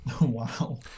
Wow